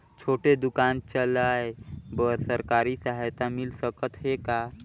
छोटे दुकान चलाय बर सरकारी सहायता मिल सकत हे का?